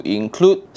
include